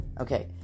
Okay